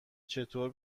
چطور